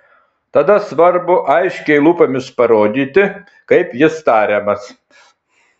tada svarbu aiškiai lūpomis parodyti kaip jis tariamas